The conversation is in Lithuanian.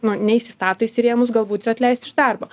nu neįsistato jis į rėmus galbūt ir atleisti iš darbo